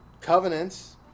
covenants